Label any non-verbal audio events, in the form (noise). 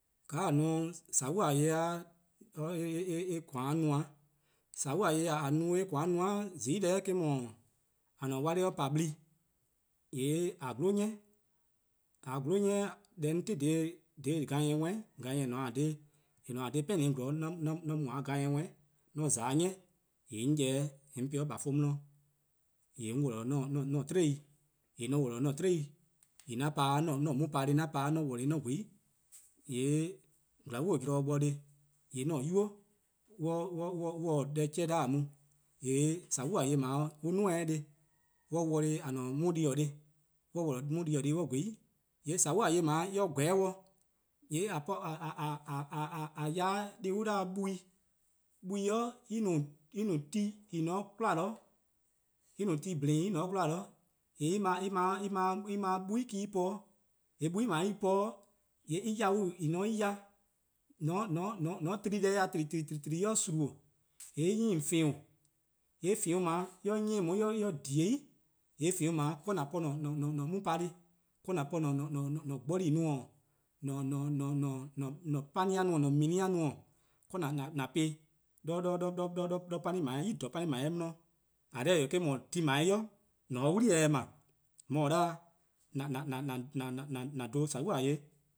:Ka :a no-a sobo'-deh-a (hesitation) :koan: no-dih-eh, sobo'-deh: :kaa :a no-eh koan-a :no dih eh, :zai' :deh eh-: 'dhu, :mor :a-a' 'tiei' pa :vlehehn' :yee' :a 'glo 'ni, ;mor :a 'glo 'ni 'de 'on ti-a dha? (hesitation) Gan ni worn 'i gan-ni: :eh :ne-a :daa (hesitation) 'pehlih' 'zorn (hesitation) :mor 'on mu :dha :gan ni worn'i, :mor 'on :za 'de 'ny :yee' 'on ya-eh 'de 'weh 'on po-eh 'de :bafuh' 'di :yee' 'on worlor: (hesitation) 'an-a' 'tiei' 'weh, :yee' :mor 'on worlor: 'an-a' 'tiei', :yeh 'an pa-' (hesitation) 'an mo-' pa deh+ 'an pa-' :mor 'on worlor-dih-ih 'on :gweh 'i :yee' :glaa'e zornbo :neheh', :yee' 'an 'nynuu: :mor (hesitation) on :htaa deh chean-dih mu :yee' sobo'-deh: :dao' :neheh' on 'duo:-eh 'weh an worlor :a-a' 'di di-dih-deh+, :mor on worlor: 'di di-dih-deh+ on :gweh 'i, :yee' sobo'-deh :yeh :dao' :mor eh :gweh 'o-dih, :yee' (hesitation) :a ya 'de deh an 'da-dih-a buo+, buo+ :dao' (hesitation) en no ti :en :ne-a 'de 'kwla, en no ty+ :bliin :bliin en :ne 'de 'kwla, :yee' (hesitation) eh 'ble 'buo'+ me-: en po, :yee' 'buo'+ :dao' eh po-a (hesitation) :en :ne-a 'de en ya, (hesitation) :mor on tli-ih deh-dih :tleee: :mor eh suma: :yee' en 'nyi :on :feon:, :yee' :feon: :dao' :mor en 'nyi on on :dhie: 'i, :yee' 'de :feon: :dao' bo 'de :an po (hesitation) (hesitation) :an-a mo-: pa-deh+, 'de :an po (hesitation) :an-a' gborplu+ 'i-:, (hesitation) :an-a' panni-a 'i-:, :mina+ 'i-:, 'de (hesitation) :an po-ih' (hesitation) 'de pani :klaba' :dao' 'di, :eh korn dhih eh 'wee', 'do 'ti :dao' 'i :yee' :on se 'wli-eh 'ble, :on 'ye-a 'on (hesitation) :an dhen sobo'-deh:. :ya